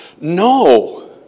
No